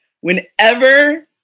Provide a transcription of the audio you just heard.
whenever